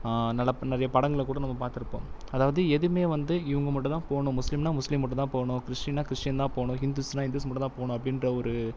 நல்ல நிறைய படங்கள் கூட நம்ம பார்த்துருப்போ அதாவது எதுவுமே வந்து இவங்க மட்டும்தான் போகணும் முஸ்லீம்னா முஸ்லீம் மட்டும்தான் போகணும் கிறிஸ்டின்னா கிறிஸ்டின்தான் போகணும் ஹிந்துஸ்னா ஹிந்துஸ் மட்டும்தான் போகணும் அப்படின்ற ஒரு